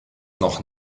noch